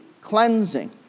cleansing